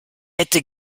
hätte